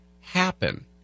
happen